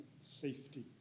safety